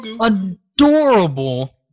Adorable